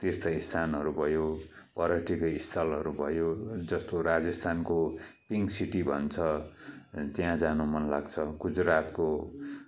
तीर्थ स्थानहरू भयो पर्यटकिय स्थलहरू भयो जस्तो राजेस्थानको पिङ्क सिटी भन्छ त्यहाँ जानु मन लाग्छ गुजरातको